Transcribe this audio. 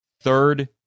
Third